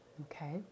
Okay